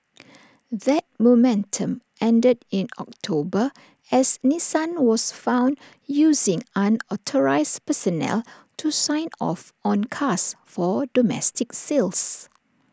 that momentum ended in October as Nissan was found using unauthorised personnel to sign off on cars for domestic sales